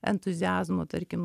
entuziazmo tarkim